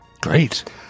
Great